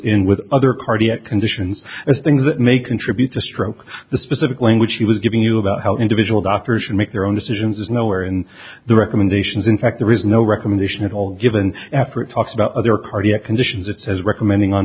in with other cardiac conditions as things that may contribute to stroke the specific language he was giving you about how individual doctors should make their own decisions is nowhere in the recommendations in fact there is no recommendation at all given after it talks about other cardiac conditions as recommending on